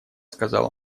сказал